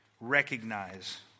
recognize